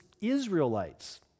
Israelites